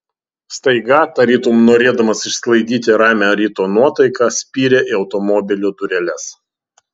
staiga tarytum norėdamas išsklaidyti ramią ryto nuotaiką spyrė į automobilio dureles